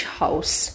house